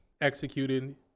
executed